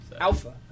Alpha